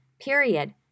period